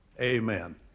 Amen